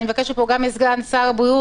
אני מבקשת פה גם מסגן שר הבריאות: